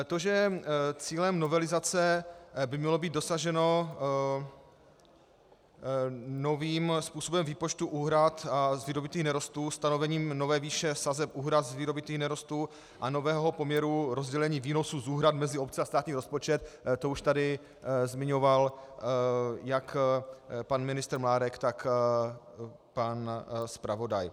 To, že cíle novelizace by mělo být dosaženo novým způsobem výpočtu úhrad a z vydobytých nerostů stanovením nové výše sazeb úhrad z vydobytých nerostů a nového poměru rozdělení výnosů z úhrad mezi obce a státní rozpočet, to už tady zmiňoval jak pan ministr Mládek, tak pan zpravodaj.